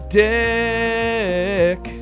dick